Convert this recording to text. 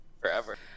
forever